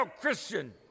Christian